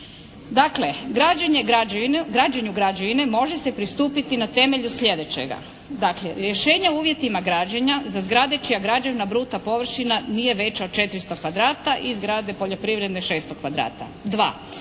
Dakle, građenju građevine može se pristupiti na temelju sljedećega. Dakle, rješenje u uvjetima građenja za zgrade čija građevna bruta površina nije veća od 400 kvadrata i zgrade poljoprivredne 600 kvadrata.